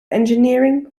engineering